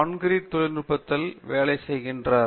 concrete தொழில்நுட்பத்தில் வேலை செய்கிறார்